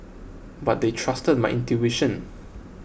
but they trusted my intuition